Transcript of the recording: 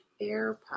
AirPods